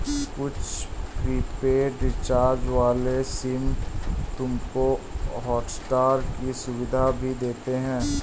कुछ prepaid recharge वाले SIM तुमको हॉटस्टार की सुविधा भी देते हैं